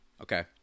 Okay